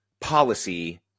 policy